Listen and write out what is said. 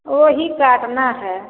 वो ही काटना है